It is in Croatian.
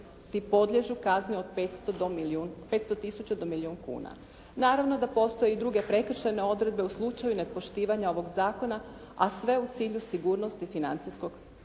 podliježu od 500 tisuća do milijun kuna. Naravno da postoje i druge prekršajne odredbe u slučaju nepoštivanja ovog zakona, a sve u cilju sigurnosti financijskog tržišta.